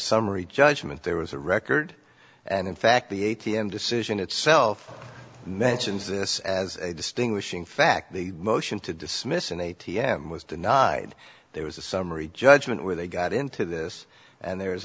summary judgment there was a record and in fact the a t m decision itself mentions this as a distinguishing fact the motion to dismiss an a t m was denied there was a summary judgment where they got into this and there